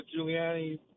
Giuliani